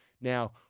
Now